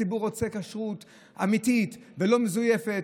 הציבור רוצה כשרות אמיתית ולא מזויפת,